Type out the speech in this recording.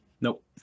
Nope